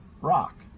rock